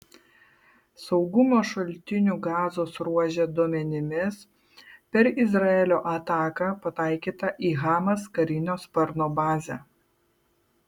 saugumo šaltinių gazos ruože duomenimis per izraelio ataką pataikyta į hamas karinio sparno bazę